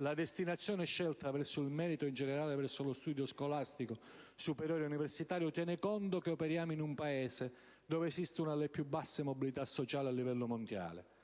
La destinazione scelta verso il merito, e in generale verso lo studio scolastico superiore e universitario, tiene conto che operiamo in un Paese dove esiste una delle più basse mobilità sociali a livello mondiale.